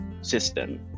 system